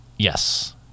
Yes